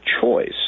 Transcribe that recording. choice